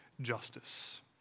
justice